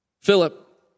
Philip